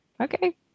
Okay